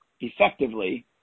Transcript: effectively